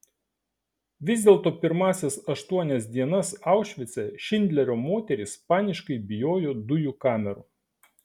vis dėlto pirmąsias aštuonias dienas aušvice šindlerio moterys paniškai bijojo dujų kamerų